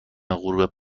غروب